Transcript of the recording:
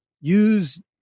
use